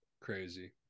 crazy